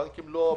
הבנקים לא עבדו.